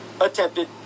attempted